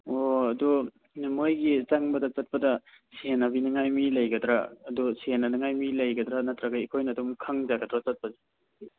ꯑꯣ ꯑꯗꯣ ꯃꯣꯏꯒꯤ ꯆꯪꯕꯗ ꯆꯠꯄꯗ ꯁꯦꯟꯅꯕꯤꯅꯤꯡꯉꯥꯏ ꯃꯤ ꯂꯩꯒꯗ꯭ꯔ ꯑꯗꯣ ꯁꯦꯟꯅꯉꯥꯏ ꯃꯤ ꯂꯩꯒꯗ꯭ꯔ ꯅꯠꯇ꯭ꯔꯒ ꯑꯩꯈꯣꯏꯅ ꯑꯗꯨꯝ ꯈꯪꯖꯒꯗ꯭ꯔꯣ ꯆꯠꯄꯁꯦ